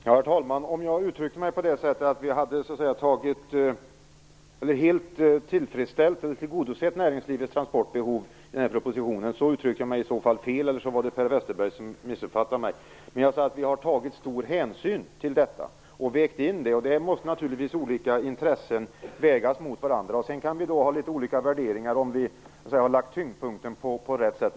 Herr talman! Om jag uttryckte mig på det sättet att vi helt har tillgodosett näringslivets transportbehov i den här propositionen, uttryckte jag mig fel. Eller också var det Per Westerberg som missuppfattade mig. Jag sade att vi har tagit stor hänsyn till detta och vägt in det. Olika intressen måste naturligtvis vägas mot varandra. Sedan kan vi ha litet olika värderingar om vi har lagt tyngdpunkten på rätt ställe.